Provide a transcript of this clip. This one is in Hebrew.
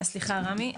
סליחה רמי,